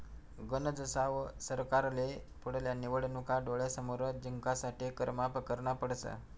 गनज साव सरकारले पुढल्या निवडणूका डोळ्यासमोर जिंकासाठे कर माफ करना पडस